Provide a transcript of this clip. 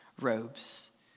robes